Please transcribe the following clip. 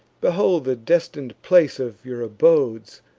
behold the destin'd place of your abodes!